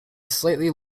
slightly